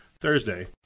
Thursday